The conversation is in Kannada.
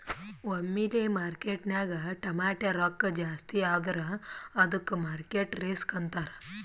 ಒಮ್ಮಿಲೆ ಮಾರ್ಕೆಟ್ನಾಗ್ ಟಮಾಟ್ಯ ರೊಕ್ಕಾ ಜಾಸ್ತಿ ಆದುರ ಅದ್ದುಕ ಮಾರ್ಕೆಟ್ ರಿಸ್ಕ್ ಅಂತಾರ್